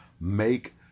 make